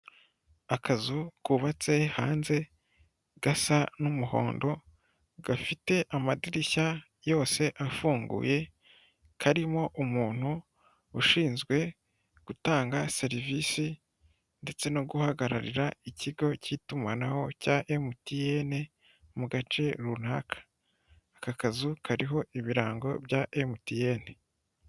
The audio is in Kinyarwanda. Akazu kubabatse hanze gasa n'umuhondo gafite amadirishya yose afunguye, karimo umuntu ushinzwe gutanga serivisi ndetse no guhagararira ikigo cy'itumanaho cya emutiyeni mu gace runaka aka kazu kariho ibirango bya emutiyeni.